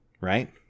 right